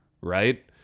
Right